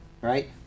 right